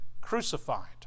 crucified